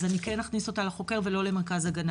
אז אני כן אכניס אותה לחוקר ולא למרכז הגנה